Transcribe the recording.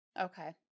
Okay